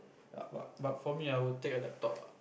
err but but for me I will take a laptop ah